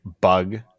bug